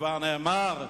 וכבר נאמר: